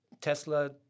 Tesla